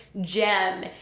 gem